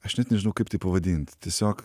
aš net nežinau kaip tai pavadint tiesiog